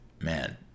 Man